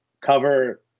cover